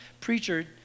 preacher